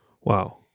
Wow